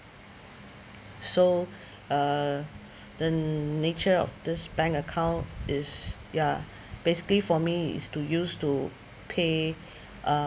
so uh the nature of this bank account is ya basically for me is to use to pay uh